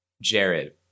Jared